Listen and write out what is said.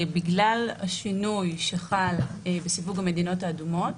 בגלל השינוי שחל בסיווג המדינות האדומות,